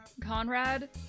Conrad